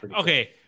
okay